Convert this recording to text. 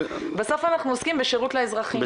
בסוף אנחנו עוסקים בשירות לאזרחים.